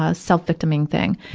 ah self-victiming thing.